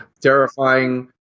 terrifying